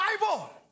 Bible